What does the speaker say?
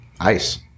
ice